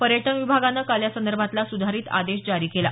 पर्यटन विभागानं काल यासंदर्भातला सुधारीत आदेश जारी केला